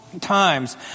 times